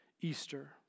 Easter